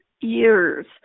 years